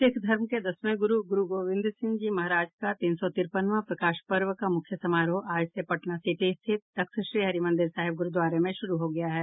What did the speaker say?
सिख धर्म के दसवें ग्रू ग्रूगोविंद सिंह जी महाराज का तीन सौ तिरपनवां प्रकाश पर्व का मुख्य समारोह आज से पटना सिटी स्थित तख्तश्री हरिमंदिर साहिब गुरूद्वारे में शुरू हो गया है